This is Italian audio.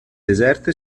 deserto